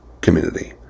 community